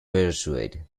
persuade